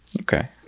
Okay